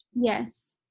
Yes